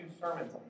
sermons